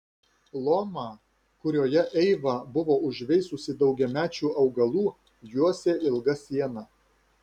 lomą kurioje eiva buvo užveisusi daugiamečių augalų juosė ilga siena